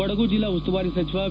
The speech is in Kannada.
ಕೊಡಗು ಜಿಲ್ಡಾ ಉಸ್ತುವಾರಿ ಸಚಿವ ವಿ